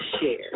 share